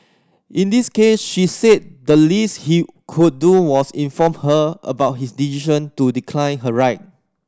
in this case she said the least he could do was inform her about his decision to decline her ride